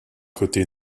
côté